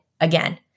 again